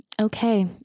okay